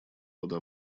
рода